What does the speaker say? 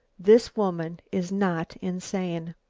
this woman is not insane.